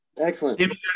Excellent